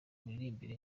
miririmbire